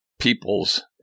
peoples